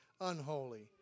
unholy